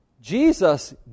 Jesus